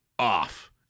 off